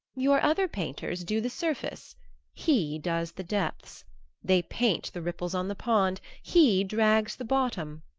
your other painters do the surface he does the depths they paint the ripples on the pond, he drags the bottom.